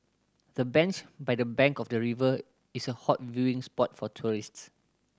the bench by the bank of the river is a hot viewing spot for tourists